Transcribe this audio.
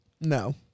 No